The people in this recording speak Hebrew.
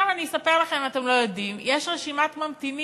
אני אספר לכם, אם אתם לא יודעים, יש רשימת ממתינים